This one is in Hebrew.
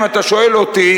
אם אתה שואל אותי,